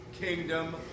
kingdom